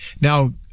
Now